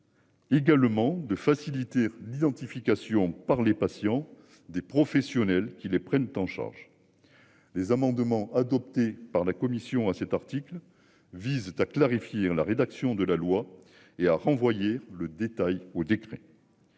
Également de faciliter l'identification par les patients. Des professionnels qui les prennent en charge. Les amendements adoptés par la commission à cet article vise à clarifier la rédaction de la loi et a renvoyé le détail au décret.